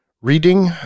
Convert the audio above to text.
Reading